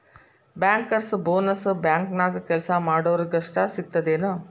Bankers bonus ಬ್ಯಾಂಕ್ನ್ಯಾಗ್ ಕೆಲ್ಸಾ ಮಾಡೊರಿಗಷ್ಟ ಸಿಗ್ತದೇನ್?